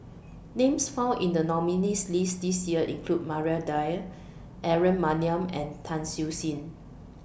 Names found in The nominees' list This Year include Maria Dyer Aaron Maniam and Tan Siew Sin